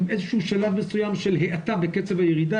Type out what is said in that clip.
איזה שהוא שלב מסוים של האטה בקצב הירידה,